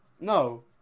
No